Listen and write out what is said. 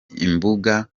imbuga